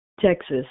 texas